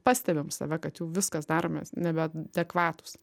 pastebim save kad jau viskas daromės nebeadekvatūs